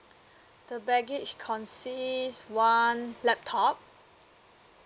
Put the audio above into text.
the baggage consists one laptop